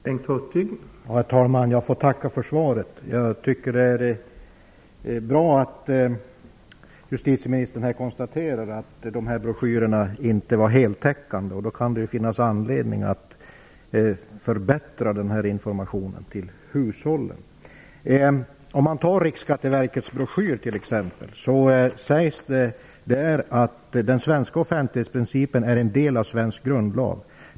Herr talman! Jag får tacka för svaret. Jag tycker att det är bra att justitieministern konstaterar att broschyrerna inte är heltäckande. Därmed kan det finnas anledning att förbättra informationen till hushållen. I Riksskatteverkets broschyr sägs det att den svenska offentlighetsprincipen är en del av svensk grundlag.